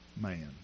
man